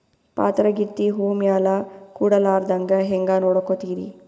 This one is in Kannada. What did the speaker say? ಪಾತರಗಿತ್ತಿ ಹೂ ಮ್ಯಾಲ ಕೂಡಲಾರ್ದಂಗ ಹೇಂಗ ನೋಡಕೋತಿರಿ?